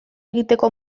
egiteko